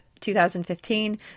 2015